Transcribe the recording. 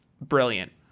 brilliant